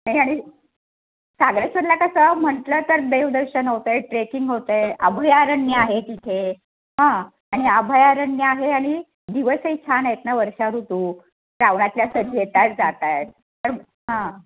नाही आणि सागरेश्वरला कसं म्हटलं तर देवदर्शन होत आहे ट्रेकिंग होत आहे अभयारण्य आहे तिथे हां आणि अभयारण्य आहे आणि दिवसही छान आहेत ना वर्षा ऋतू श्रावणातल्या सरी येत आहेत जात आहेत